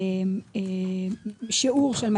האם באמת יש מקום להשוות את שיעורי